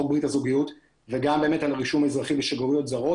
ברית הזוגיות וגם באמת על רישום אזרחי בשגרירויות זרות,